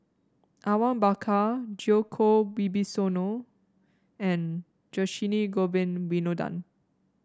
Awang Bakar Djoko Wibisono and Dhershini Govin Winodan